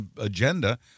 agenda